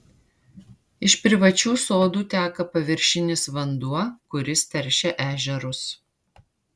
iš privačių sodų teka paviršinis vanduo kuris teršia ežerus